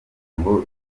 ngo